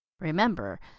Remember